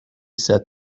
said